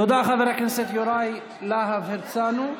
תודה, חבר הכנסת יוראי להב הרצנו.